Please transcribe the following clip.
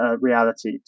reality